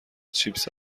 چیپس